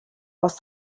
aus